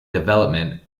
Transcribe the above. development